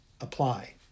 apply